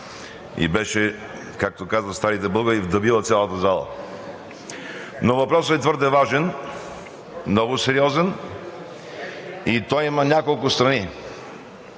и беше, както казват старите българи, „вдъбила“ цялата зала. Но въпросът е твърде важен, много сериозен и той има няколко страни.